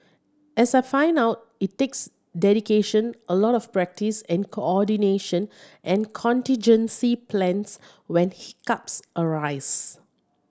as I found out it takes dedication a lot of practice and coordination and contingency plans when hiccups arise